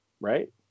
right